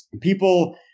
people